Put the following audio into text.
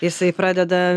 jisai pradeda